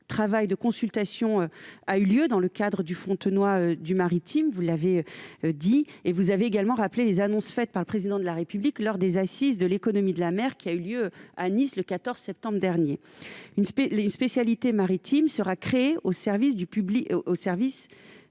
travail de consultation a eu lieu dans le cadre du Fontenoy du maritime, vous l'avez dit. Vous avez également rappelé les annonces faites par le Président de la République lors des Assises de l'économie de la mer à Nice, le 14 septembre dernier. Une spécialité maritime sera créée au sein du service public